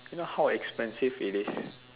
you know how expensive it is